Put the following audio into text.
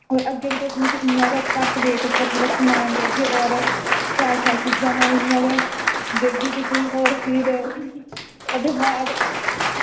होर अग्गें बी तुस मिगी इंया अग्गें घट्ट रेट उप्पर समान देगे होर इंया शैल शैल चीज़ां में इंया गै देगी तुसेंगी होर ओह्दे शा